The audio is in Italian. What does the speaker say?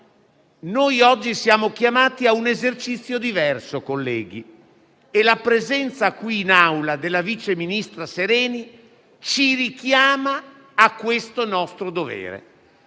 Noi oggi siamo chiamati ad un esercizio diverso, colleghi, e la presenza qui in Aula della vice ministro Sereni ci richiama a questo nostro dovere.